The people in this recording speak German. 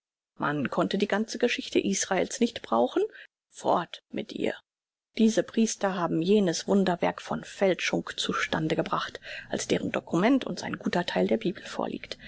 man konnte die ganze geschichte israel's nicht brauchen fort mit ihr diese priester haben jenes wunderwerk von fälschung zu stande gebracht als deren dokument uns ein guter theil der bibel vorliegt